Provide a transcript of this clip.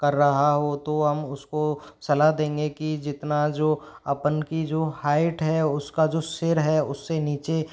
कर रहा हो तो हम उसको सलाह देंगे कि जितना जो अपन की जो हाईट है उसका जो सिर है उस से नीचे